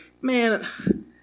man